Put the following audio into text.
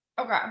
okay